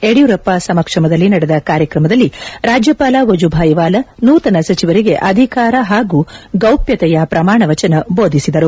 ಯಡಿಯೂರಪ್ಪ ಸಮಕ್ಷಮದಲ್ಲಿ ನಡೆದ ಕಾರ್ಯಕ್ರಮದಲ್ಲಿ ರಾಜ್ಯಪಾಲ ವಜೂಭಾಯಿ ವಾಲಾ ನೂತನ ಸಚಿವರಿಗೆ ಅಧಿಕಾರ ಹಾಗೂ ಗೌಪ್ಯತೆಯ ಪ್ರಮಾಣವಚನ ಬೋಧಿಸಿದರು